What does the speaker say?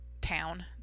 town